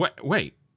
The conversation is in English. Wait